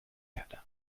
erde